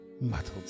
muddled